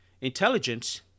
intelligence